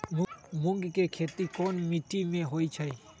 मूँग के खेती कौन मीटी मे होईछ?